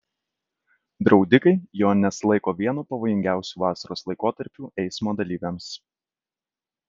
draudikai jonines laiko vienu pavojingiausių vasaros laikotarpių eismo dalyviams